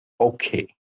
okay